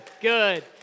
good